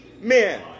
men